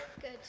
Good